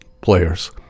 players